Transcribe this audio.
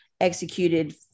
executed